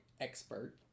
expert